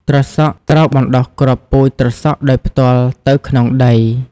ត្រសក់ ត្រូវបណ្ដុះគ្រាប់ពូជត្រសក់ដោយផ្ទាល់ទៅក្នុងដី។